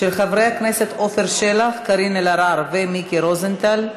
של חברי הכנסת עפר שלח, קארין אלהרר ומיקי רוזנטל.